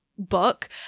book